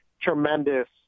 tremendous